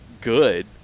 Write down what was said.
good